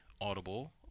Audible